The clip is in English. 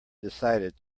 decided